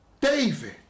David